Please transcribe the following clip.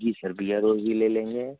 जी sir beer और भी ले लेंगे